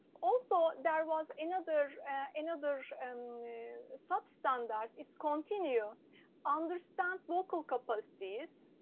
also, there was another another and sop standards is contin, you understand local capacity's,